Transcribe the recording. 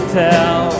tell